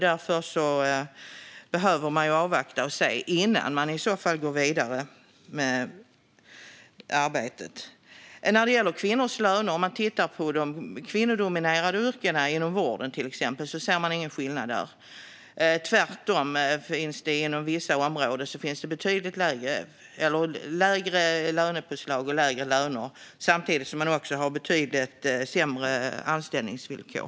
Därför behöver man avvakta innan man går vidare med detta arbete. Tittar man på kvinnodominerade yrken inom exempelvis vården ser man ingen skillnad. Tvärtom är det inom vissa områden lägre löner och lönepåslag samtidigt som man har betydligt sämre anställningsvillkor.